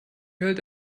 hält